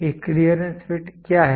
एक clearance fit क्या है